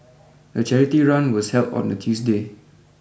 the charity run was held on a Tuesday